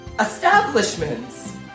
establishments